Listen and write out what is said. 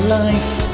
life